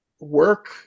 work